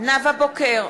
נאוה בוקר,